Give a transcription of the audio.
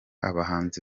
abahanzi